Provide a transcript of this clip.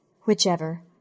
Whichever